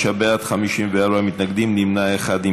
35 בעד, 54 מתנגדים, נמנע אחד.